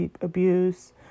abuse